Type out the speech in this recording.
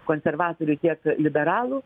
konservatorių tiek liberalų